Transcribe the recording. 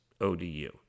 ODU